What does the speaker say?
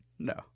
No